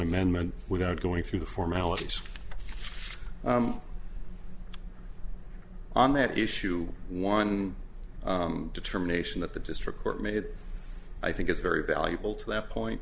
amendment without going through the formalities on that issue one determination that the district court made i think is very valuable to that point